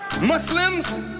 Muslims